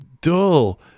dull